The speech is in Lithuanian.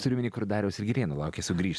turiu omeny kur dariaus ir girėno laukė sugrįš